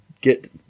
get